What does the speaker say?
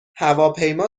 هواپیما